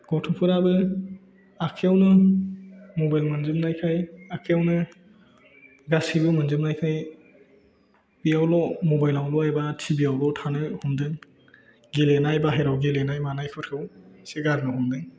गथ'फोराबो आखाइआवनो मबाइल मोनजोबनायखाय आखाइआवनो गासैबो मोनजोबनायखाय बेयावल' मबाइल' एबा टिभियावल' थानो हमदों गेलेनाय बाहेराव गेलेनाय मानायफोरखौ एसे गारनो हमदों